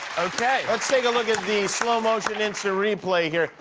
ok. let's take a look at the slow motion instant replay here.